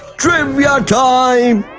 trivia time!